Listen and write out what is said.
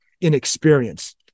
inexperience